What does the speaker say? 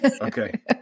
Okay